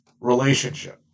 relationship